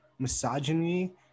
misogyny